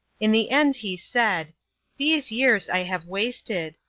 in the end he said these years i have wasted.